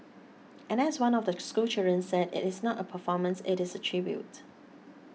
and as one of the schoolchildren said it is not a performance it is a tribute